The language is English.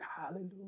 Hallelujah